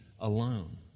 alone